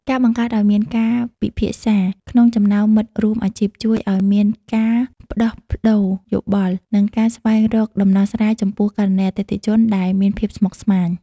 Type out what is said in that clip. ការបង្កើតឱ្យមានការពិភាក្សាក្នុងចំណោមមិត្តរួមអាជីព ជួយឱ្យមានការផ្ដោះប្ដូរយោបល់ និងការស្វែងរកដំណោះស្រាយចំពោះករណីអតិថិជនដែលមានភាពស្មុគស្មាញ។